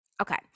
okay